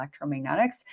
electromagnetics